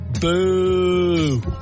boo